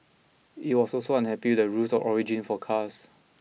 it was also unhappy the rules of origin for cars